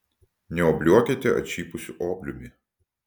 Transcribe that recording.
neobliuokite atšipusiu obliumi